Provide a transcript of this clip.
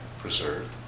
preserved